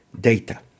data